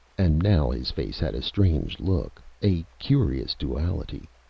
and now his face had a strange look, a curious duality.